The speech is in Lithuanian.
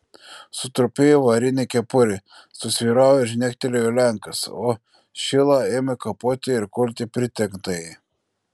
sutrupėjo varinė kepurė susvyravo ir žnektelėjo lenkas o šila ėmė kapoti ir kulti pritrenktąjį